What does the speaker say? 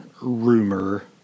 rumor